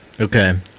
Okay